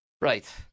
right